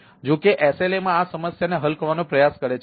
તેથી જોકે SLA આ સમસ્યાને હલ કરવાનો પ્રયાસ કરે છે